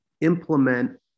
implement